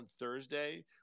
Thursday